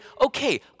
okay